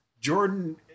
Jordan